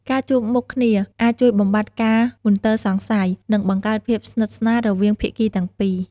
ការជួបមុខគ្នាអាចជួយបំបាត់ការមន្ទិលសង្ស័យ និងបង្កើតភាពស្និទ្ធស្នាលរវាងភាគីទាំងពីរ។